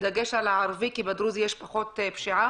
בדגש על הערבי כי בדרוזי יש פחות פשיעה.